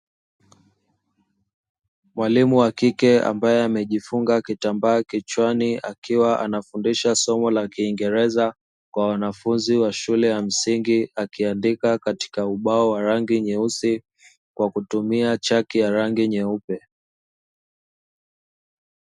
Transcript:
Mwalimu wa kike ambaye amejifunga kitambaa kichwani akiwa anafundisha somo la kiingereza kwa wanafunzi wa shule ya msingi akiandika katika ubao wa rangi nyeusi kwa kutumia chaki ya rangi nyeupe.